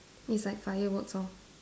it's like fireworks lor